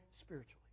spiritually